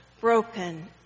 broken